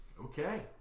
Okay